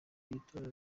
by’itora